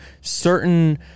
certain